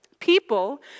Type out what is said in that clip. People